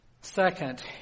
Second